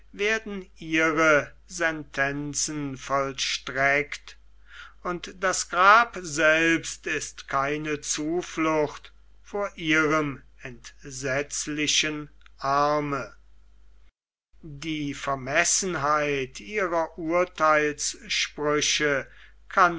werden ihre sentenzen vollstreckt und das grab selbst ist keine zuflucht vor ihrem entsetzlichen arme die vermessenheit ihrer urtheilssprüche kann